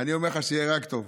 אני אומר לך שיהיה רק טוב.